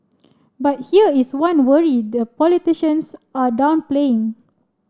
but here is one worry the politicians are downplaying